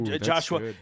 joshua